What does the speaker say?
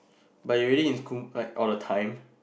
but you already in school like all the time